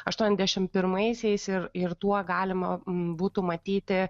aštuoniasdešimt pirmaisiais ir ir tuo galima būtų matyti